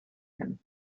him